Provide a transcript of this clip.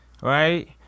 right